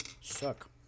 suck